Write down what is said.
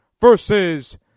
versus